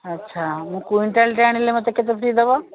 ଆଚ୍ଛା ମୁଁ କ୍ଵିଣ୍ଟାଲ୍ଟେ ଆଣିଲେ ମୋତେ କେତେ ଫ୍ରି ଦେବ